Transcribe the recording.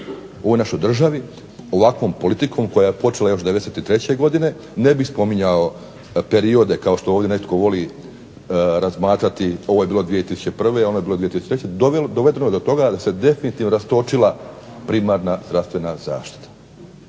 ovoj našoj državi ovakvom politikom koja je počela još '93. godine ne bih spominjao periode kao što ovdje netko voli razmatrati, ovo je bilo 2001., ono je bilo 2003., dovedeno do toga da se definitivno rastočila primarna zdravstvena zaštita.